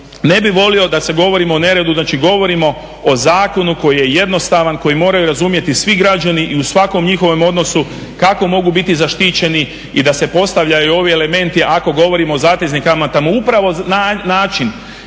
ne bih volio da govorimo o neredu, znači govorimo o zakonu koji je jednostavan, koji moraju razumjeti svi građani i u svakom njihovom odnosu kako mogu biti zaštićeni i da se postavljaju ovi elementi ako govorimo zateznim kamata, upravo na način